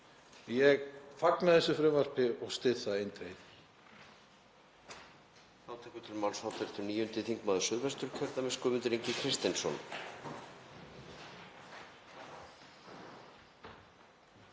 Ég fagna þessu frumvarpi og styð það eindregið.